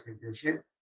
condition